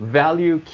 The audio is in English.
value